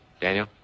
Daniel